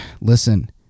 listen